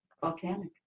Volcanic